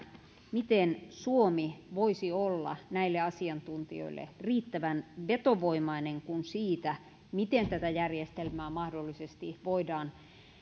miten suomi voisi olla näille asiantuntijoille riittävän vetovoimainen kuin siitä miten tätä järjestelmää mahdollisesti voidaan